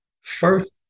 First